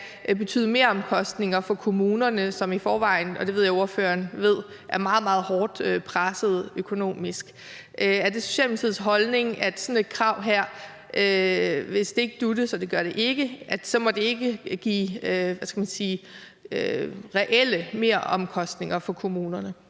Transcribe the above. betyde meromkostninger for kommunerne, som i forvejen – og det ved jeg at ordføreren ved – er meget, meget hårdt pressede økonomisk. Er det Socialdemokratiets holdning, at hvis sådan et krav her ikke dut'es, og det gør det ikke, så må det ikke give reelle meromkostninger for kommunerne?